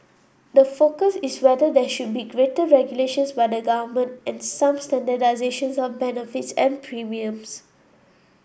the focus is whether there should be greater regulations by the government and some standardisations of benefits and premiums